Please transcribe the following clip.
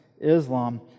Islam